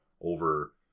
over